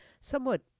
somewhat